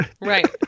Right